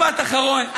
משפט אחרון.